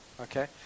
Okay